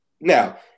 Now